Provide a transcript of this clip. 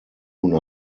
nun